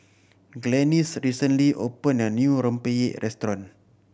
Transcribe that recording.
Glennis recently opened a new rempeyek restaurant